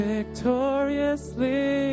Victoriously